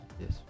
Yes